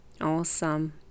awesome